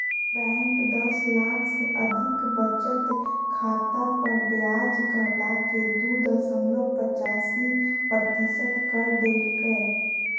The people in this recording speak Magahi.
बैंक दस लाख से अधिक बचत खाता पर ब्याज घटाके दू दशमलब पचासी प्रतिशत कर देल कय